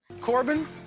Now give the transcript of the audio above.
Corbin